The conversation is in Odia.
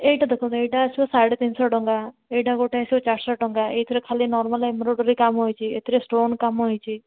ଏଇଟା ଦେଖନ୍ତୁ ଏଇଟା ଆସିବ ସାଢ଼େ ତିନିଶହ ଟଙ୍କା ଏଇଟା ଗୋଟେ ଆସିବ ଚାରିଶହ ଟଙ୍କା ଏଇଥିରେ ଖାଲି ନର୍ମାଲ୍ ଏମ୍ରୋଡ଼ୋରୀ କାମ ହେଇଛି ଏଥିରେ ଷ୍ଟୋନ୍ କାମ ହେଇଛି